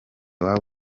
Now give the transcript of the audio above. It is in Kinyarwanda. waba